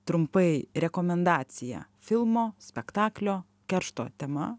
trumpai rekomendacija filmo spektaklio keršto tema